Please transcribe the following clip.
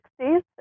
60s